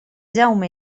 jaume